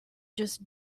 just